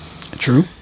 True